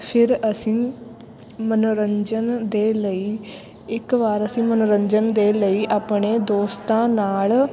ਫਿਰ ਅਸੀਂ ਮਨੋਰੰਜਨ ਦੇ ਲਈ ਇੱਕ ਵਾਰ ਅਸੀਂ ਮਨੋਰੰਜਨ ਦੇ ਲਈ ਆਪਣੇ ਦੋਸਤਾਂ ਨਾਲ਼